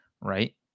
right